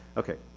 okay.